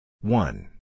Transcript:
one